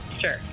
Sure